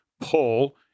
pull